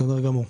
בסדר גמור.